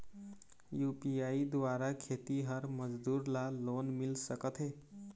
UPI द्वारा खेतीहर मजदूर ला लोन मिल सकथे?